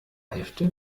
hefte